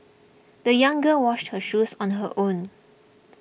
the young girl washed her shoes on her own